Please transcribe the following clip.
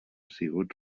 sigut